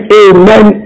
amen